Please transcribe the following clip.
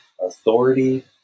authority